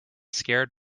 scared